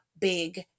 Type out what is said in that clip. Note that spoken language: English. big